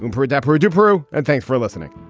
and for adepero to brew. and thanks for listening